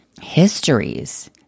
histories